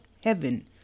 heaven